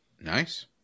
Nice